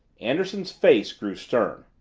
anderson's face grew stern.